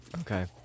Okay